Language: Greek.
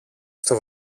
στο